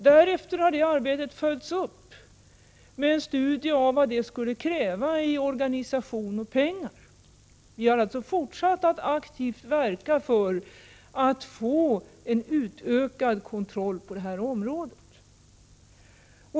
Därefter har arbetet följts upp med en studie av vad det skulle kräva i form av organisation och pengar. Vi har alltså fortsatt att aktivt verka för att få en utökad kontroll på detta område.